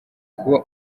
kuba